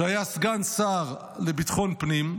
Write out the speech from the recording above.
שהיה סגן שר לביטחון פנים,